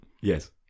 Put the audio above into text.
Yes